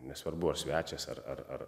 nesvarbu ar svečias ar ar ar